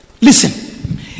listen